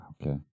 Okay